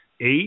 eight